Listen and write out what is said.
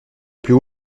plus